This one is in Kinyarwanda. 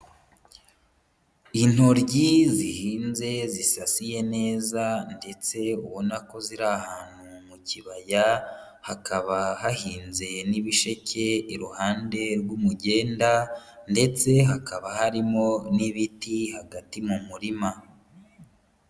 Intoryi zihinze zisasiye neza ndetse ubona ko ziri ahantu mu kibaya, hakaba hahinze n'ibisheke iruhande rw'umugenda ndetse hakaba harimo n'ibiti hagati mu murima.